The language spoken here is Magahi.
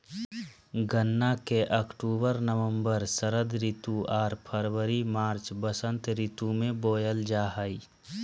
गन्ना के अक्टूबर नवम्बर षरद ऋतु आर फरवरी मार्च बसंत ऋतु में बोयल जा हइ